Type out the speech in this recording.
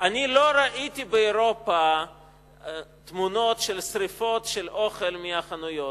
אני לא ראיתי באירופה תמונות של שרפת אוכל מהחנויות.